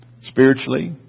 spiritually